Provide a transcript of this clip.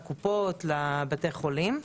לקופות, לבתי החולים.